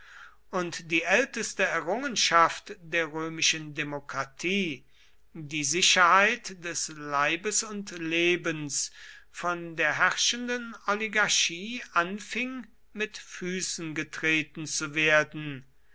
und die älteste errungenschaft der römischen demokratie die sicherheit des leibes und lebens von der herrschenden oligarchie anfing mit füßen getreten zu werden